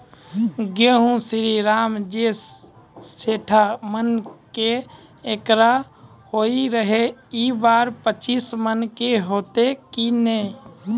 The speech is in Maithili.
गेहूँ श्रीराम जे सैठ मन के एकरऽ होय रहे ई बार पचीस मन के होते कि नेय?